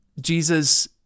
Jesus